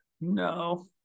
no